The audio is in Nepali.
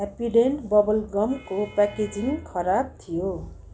ह्याप्पीडेन्ट बबल गमको प्याकेजिङ खराब थियो